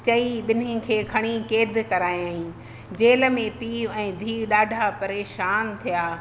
चई बिन्हिनि खे खणी क़ैदु करायईं जेल में पीउ ऐं धीउ ॾाढा परेशानु थिया